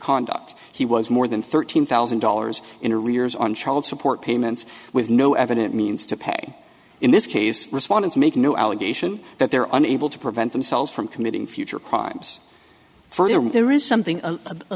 conduct he was more than thirteen thousand dollars in a rears on child support payments with no evident means to pay in this case respondents make no allegation that there are unable to prevent themselves from committing future crimes furthermore there is something a